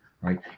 right